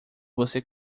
você